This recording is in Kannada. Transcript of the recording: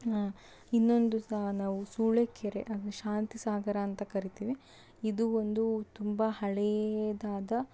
ಇನ್ನೊಂದು ನಾವು ಸೂಳೆ ಕೆರೆ ಅದನ್ನು ಶಾಂತಿಸಾಗರ ಅಂತ ಕರಿತೀವಿ ಇದು ಒಂದು ತುಂಬ ಹಳೆಯದಾದ